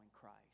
Christ